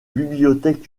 bibliothèque